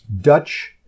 Dutch